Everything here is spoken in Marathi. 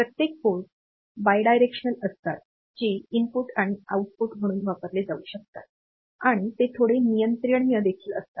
प्रत्येक पोर्ट द्विपक्षीय असतात जे इनपुट किंवा आउटपुट म्हणून वापरले जाऊ शकतात आणि ते थोडे नियंत्रणीय देखील असतात